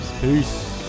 Peace